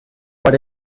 what